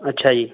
ਅੱਛਾ ਜੀ